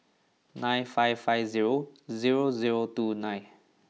nine five five zero zero zero two nine